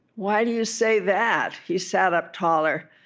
why do you say that? he sat up taller.